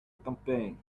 campaign